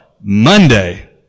Monday